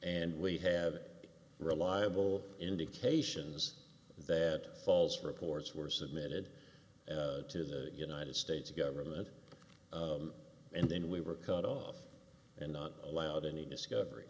and we have reliable indications that falls for reports were submitted to the united states government and then we were cut off and not allowed any discovery